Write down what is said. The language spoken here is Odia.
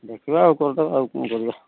ଦେଖିବା ଆଉ କରିଦେବା ଆଉ କ'ଣ କରିବା